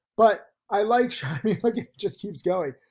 but i like showing you like it just keeps going.